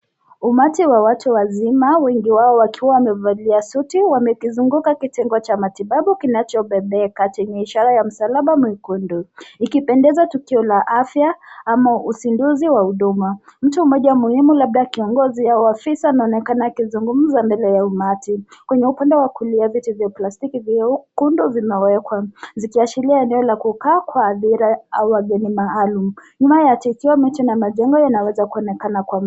umati wa watu wazima wengi wao wakiwa wamevalia suti wamekizunguka kitengo cha matibabu kinachobebea katenishara ya msalaba mwekundu likipendeza tukio la afya ama usinduzi wa huduma mtu mmoja muhimu labda kiongozi au afisa anaonekana akizungumza mbele ya umati kwenye ukunda wa kulia viti za plastiki vyekundu vinawekwa zikiwachilia eneo la kukaa kwa hadhira au wageni maalum. Nyuma ya